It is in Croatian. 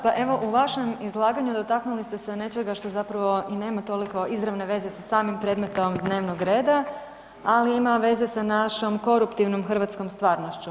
Hvala, pa evo u vašem izlaganju dotaknuli ste se nečega što zapravo i nema toliko izravne veze sa samim predmetom dnevnog reda, ali ima veze sa našom koruptivnom hrvatskom stvarnošću.